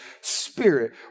Spirit